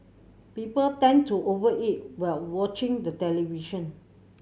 people tend to over eat while watching the television